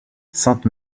sainte